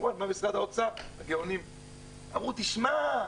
וכמובן גם משרד האוצר הגאונים אמרו לי 'תשמע,